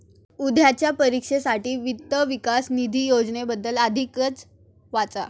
उद्याच्या परीक्षेसाठी वित्त विकास निधी योजनेबद्दल अधिक वाचा